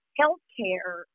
healthcare